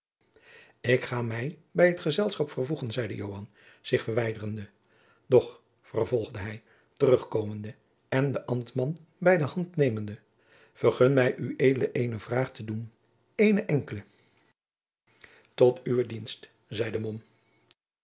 ik ga mij bij het gezelschap vervoegen zeide joan zich verwijderende doch vervolgde hij terugkomende en den ambtman bij de hand nemende vergun mij ued eene vraag te doen eene enkele tot uwe dienst zeide